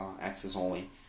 access-only